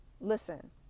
listen